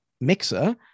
mixer